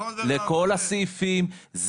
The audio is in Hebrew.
לכל הסעיפים,